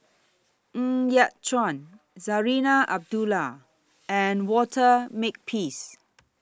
Ng Yat Chuan Zarinah Abdullah and Walter Makepeace